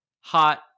hot